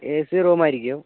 A C റൂമായിരിക്കും